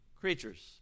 creatures